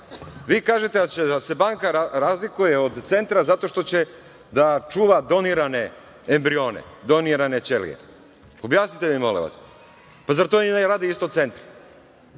kažete da će se banka razlikovati od centra zato što će da čuva donirane embrione, donirane ćelije. Objasnite mi molim vas, pa zar to ne rade isto centri?